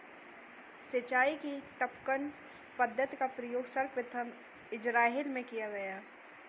सिंचाई की टपकन पद्धति का प्रयोग सर्वप्रथम इज़राइल में किया गया